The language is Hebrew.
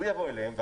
שהוא יבוא אליהם,